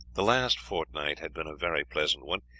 the last fortnight had been a very pleasant one,